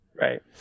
Right